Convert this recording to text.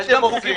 מה הייתם עושים?